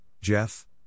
Jeff